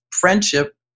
friendship